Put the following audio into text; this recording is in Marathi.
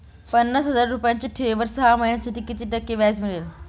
पन्नास हजार रुपयांच्या ठेवीवर सहा महिन्यांसाठी किती टक्के व्याज मिळेल?